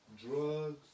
drugs